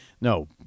no